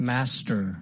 Master